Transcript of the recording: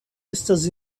estas